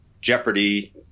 jeopardy